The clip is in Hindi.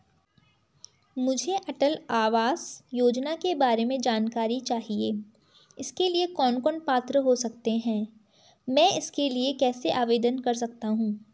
मुझे अटल आवास योजना के बारे में जानकारी चाहिए इसके लिए कौन कौन पात्र हो सकते हैं मैं इसके लिए कैसे आवेदन कर सकता हूँ?